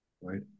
right